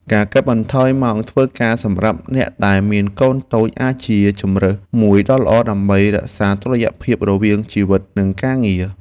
ការកាត់បន្ថយម៉ោងធ្វើការសម្រាប់អ្នកដែលមានកូនតូចអាចជាជម្រើសមួយដ៏ល្អ ដើម្បីរក្សាតុល្យភាពរវាងជីវិតនិងការងារ។